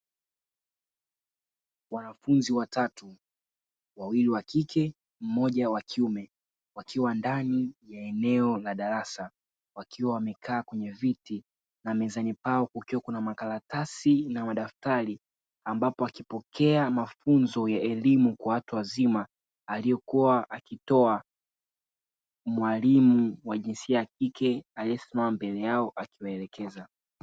Wanafunzi watatu wawili wakike mmoja wakiume wakiwa ndani ya eneo la darasa wakiwa wamekaa kwenye viti na mezani kwao kuna makaratasi na madaftari ambapo wakipokea mafunzo ya elimu ya watu wazima aliyokua akitoa mwalimu wa jinsia yakike aliyekua kasimama mbele yao akitoa maelekezo.